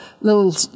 little